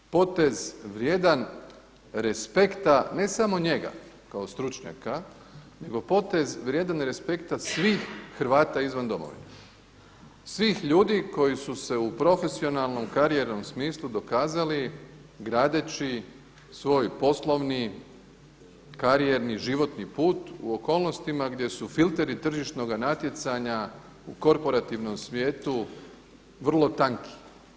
Potez vrijedan respekta ne samo njega kao stručnjaka nego potez vrijedan respekta svih Hrvata izvan domovine, svih ljudi koji su se u profesionalnom karijernom smislu dokazali gradeći svoj poslovni, karijerni, životni put u okolnostima gdje su filteri tržišnoga natjecanja u korporativnom svijetu vrlo tanki.